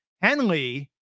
Henley